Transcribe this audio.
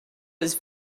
was